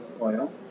oil